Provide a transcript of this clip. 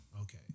Okay